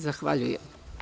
Zahvaljujem.